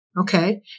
Okay